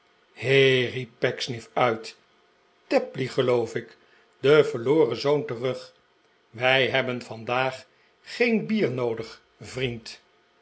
riep pecksniff uit tapley geloof ik de verloren zoon terug wij hebben vandaag geen bier noodig vriend